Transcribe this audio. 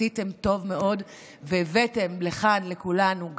עשיתם טוב מאוד והבאתם לכאן לכולנו,